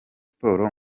sport